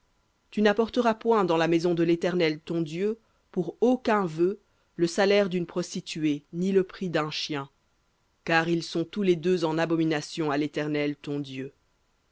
tu n'apporteras point dans la maison de l'éternel ton dieu pour aucun vœu le salaire d'une prostituée ni le prix d'un chien car ils sont tous les deux en abomination à l'éternel ton dieu